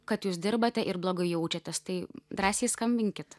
kad jūs dirbate ir blogai jaučiatės tai drąsiai skambinkit